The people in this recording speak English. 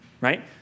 right